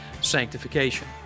sanctification